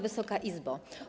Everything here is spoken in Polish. Wysoka Izbo!